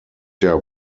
der